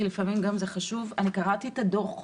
כי לפעמים גם זה חשוב: קראתי את הדוח שלך,